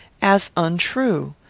as untrue.